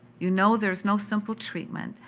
you know there's no simple treatment.